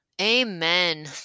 Amen